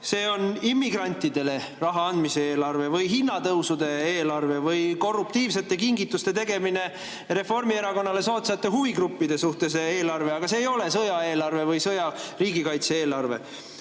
See on immigrantidele raha andmise eelarve või hinnatõusude eelarve või korruptiivsete kingituste tegemine Reformierakonnale soodsatele huvigruppidele, aga see ei ole sõjaeelarve või riigikaitse eelarve.